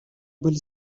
были